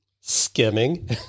skimming